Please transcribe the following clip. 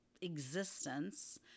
existence